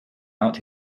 out